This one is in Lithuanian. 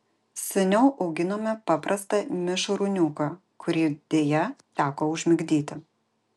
seniau auginome paprastą mišrūniuką kurį deja teko užmigdyti